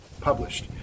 published